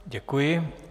Děkuji.